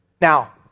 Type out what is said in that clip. Now